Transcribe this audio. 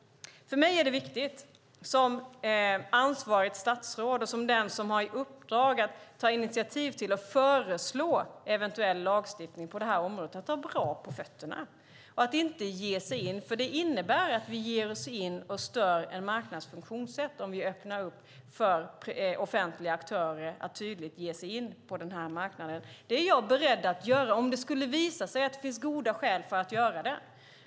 För mig som ansvarigt statsråd och som den som har i uppdrag att ta initiativ till och föreslå eventuell lagstiftning på området är det viktigt att ha bra på fötterna. Om vi öppnar upp för offentliga aktörer att tydligt ge sig in på marknaden innebär det att vi stör en marknads funktionssätt. Det är jag beredd att göra om det skulle visa sig att det finns goda skäl att göra det.